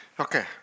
Okay